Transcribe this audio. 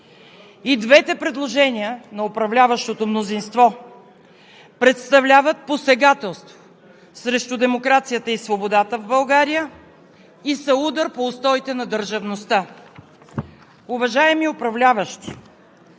И двете предложения на управляващото мнозинство представляват посегателство срещу демокрацията и свободата в България и са удар по устоите на държавността. Уважаеми управляващи,